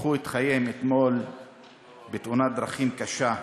שקיפחו את חייהם אתמול בתאונת דרכים קשה: